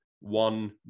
one